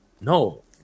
no